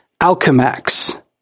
Alchemax